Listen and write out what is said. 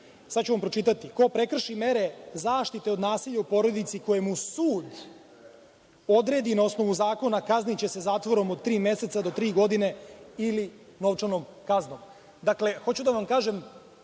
Sad ću vam pročitati: „Ko prekrši mere zaštite od nasilja u porodici koje mu sud odredi na osnovu zakona, kazniće se zatvorom od tri meseca do tri godine ili novčanom kaznom.